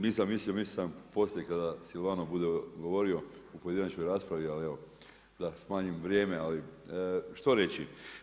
Nisam mislio, mislio sam poslije kada Silvano bude govorio u pojedinačnoj raspravi, ali evo, da smanjim vrijeme, ali što reći.